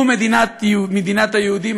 זו מדינת היהודים,